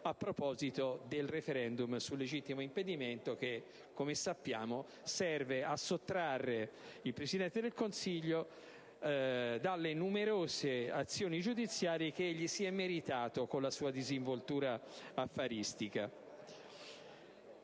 a proposito del *referendum* sul legittimo impedimento che, come sappiamo, serve a sottrarre il Presidente del Consiglio alle numerose azioni giudiziarie che egli si è meritato con la sua disinvoltura affaristica.